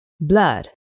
blood